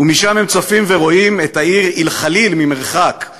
/ ומשם הם צופים ורואים / את העיר אל-ח'ליל ממרחק /